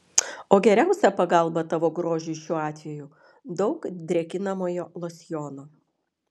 o geriausia pagalba tavo grožiui šiuo atveju daug drėkinamojo losjono